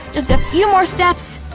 just a few more steps!